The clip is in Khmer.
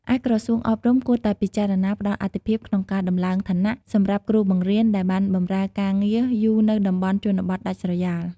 ឯក្រសួងអប់រំគួរតែពិចារណា ផ្តល់អាទិភាពក្នុងការដំឡើងឋានៈ សម្រាប់គ្រូបង្រៀនដែលបានបម្រើការងារយូរនៅតំបន់ជនបទដាច់ស្រយាល។